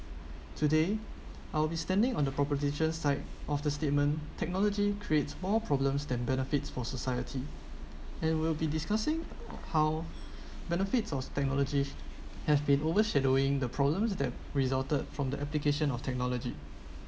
today I'll be standing on the proposition side of the statement technology creates more problems than benefits for society and will be discussing how benefits of technology have been overshadowing the problems that resulted from the application of technology